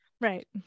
right